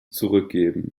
zurückgeben